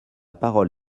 parole